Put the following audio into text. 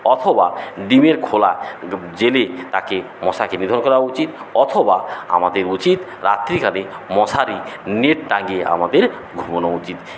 অথবা ডিমের খোলা জেলে তাকে মশাকে নিধন করা উচিত অথবা আমাদের উচিত রাত্রি কালে মশারি নেট টাঙিয়ে আমাদের ঘুমোনো উচিত